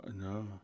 No